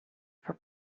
for